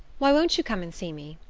why won't you come and see me?